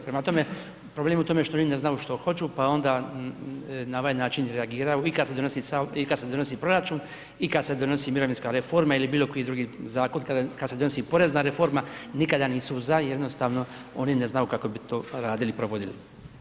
Prema tome, problem je u tome što oni ne znaju što hoće pa onda na ovaj način reagiraju i kad se donosi proračun i kad se donosi mirovinska reforma ili bilo koji drugi zakon, kad se donosi porezna reforma, nikada nisu za jer jednostavno oni ne znaju kako bi to radili, provodili.